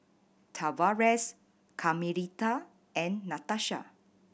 Tavares Carmelita and Natasha